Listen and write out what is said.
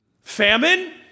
Famine